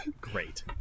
Great